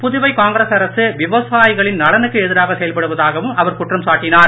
Puduvai Congress அரசு விவசாயிகளின் நலனுக்கு எதிராக செயல்படுவதாகவும் அவர் குற்றம் சாட்டினார்